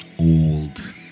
old